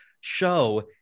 show